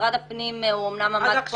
משרד הפנים הוא אמנם עמד במוקד.